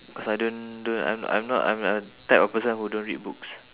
because I don't don't I'm I'm not I'm a type of person who don't read books